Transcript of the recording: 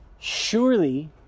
surely